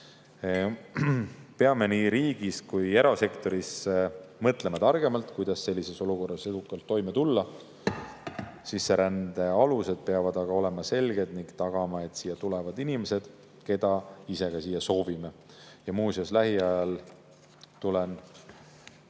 Peame nii riigis kui ka erasektoris mõtlema targemalt, kuidas sellises olukorras edukalt toime tulla. Sisserände alused peavad olema selged ning tagama selle, et siia tulevad inimesed, keda me siia soovime. Muuseas, lähikuudel tulen